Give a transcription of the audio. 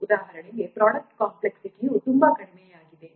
ಉದಾಹರಣೆಗೆ product complexity ಯು ತುಂಬಾ ಕಡಿಮೆಯಾಗಿದೆ ನೀವು 0